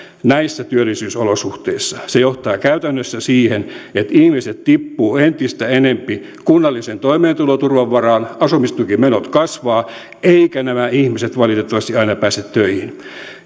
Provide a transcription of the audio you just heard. näissä työllisyysolosuhteissa se johtaa käytännössä siihen että ihmiset tippuvat entistä enempi kunnallisen toimeentuloturvan varaan asumistukimenot kasvavat eivätkä nämä ihmiset valitettavasti aina pääse töihin